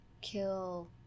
kill